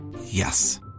Yes